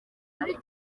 muri